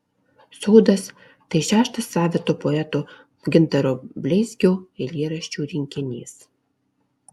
sodas tai šeštas savito poeto gintaro bleizgio eilėraščių rinkinys